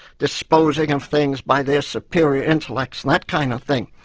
disposing of things by their superior intellects, and that kind of thing.